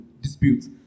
disputes